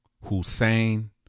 Hussein